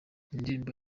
indirimbo